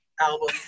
album